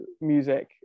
music